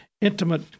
intimate